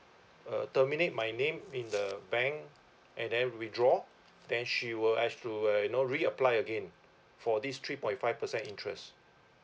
uh terminate my name in the bank and then withdraw then she will as to uh you know re apply again for this three point five percent interest